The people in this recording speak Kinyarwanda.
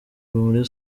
muri